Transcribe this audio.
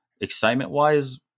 excitement-wise